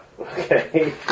Okay